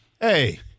Hey